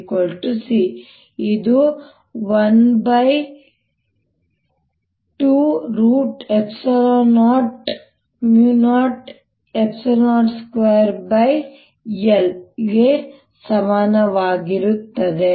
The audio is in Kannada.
ಆವೇಗದ ಸಾಂದ್ರತೆ ಇದು 1200 E02L ಗೆ ಸಮಾನವಾಗಿರುತ್ತದೆ